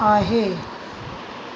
आहे